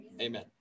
Amen